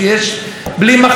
לשמוע,